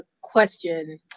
question